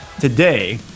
Today